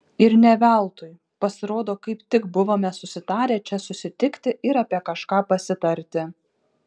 ir ne veltui pasirodo kaip tik buvome susitarę čia susitikti ir apie kažką pasitarti